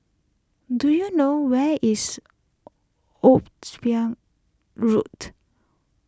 do you know where is Road